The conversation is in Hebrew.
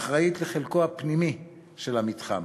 אחראית לחלקו הפנימי של המתחם.